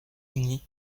unis